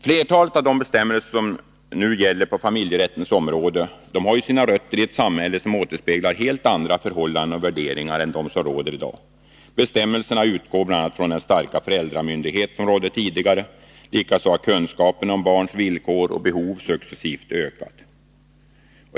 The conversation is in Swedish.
Flertalet av de bestämmelser som nu gäller på familjerättens område har ju sina rötter i ett samhälle som återspeglade helt andra förhållanden och värderingar än dem som råder i dag. Bestämmelserna utgår bl.a. från den starka föräldramyndighet som rådde tidigare. Kunskaperna om barns villkor och behov har successivt ökat.